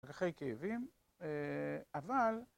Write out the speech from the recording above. משככי כאבים, אבל